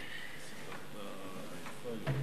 הנושא הבא בסדר-היום: